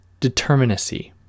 determinacy